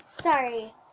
Sorry